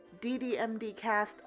DDMDCast